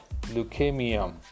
leukemia